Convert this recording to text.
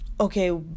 okay